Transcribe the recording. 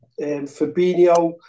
Fabinho